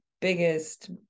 biggest